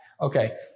okay